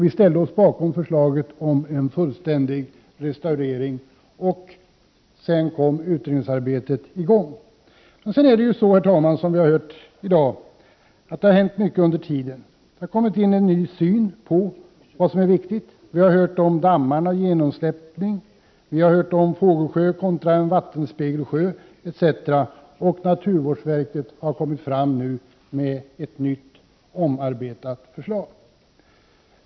Vi ställde oss alltså bakom förslaget om en fullständig restaurering. Sedan kom utredningsarbetet i gång. Som vi har hört här i dag, herr talman, har det hänt mycket under tiden. Det har kommit in en ny syn på vad som är viktigt. Här har talats om dammar och genomsläppning, om &n fågelsjö kontra en vattenspegelsjö, etc. Naturvårdsverket har nu kommit fram med ett nytt, omarbetat förslag.